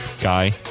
guy